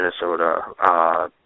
Minnesota